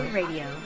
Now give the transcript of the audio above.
radio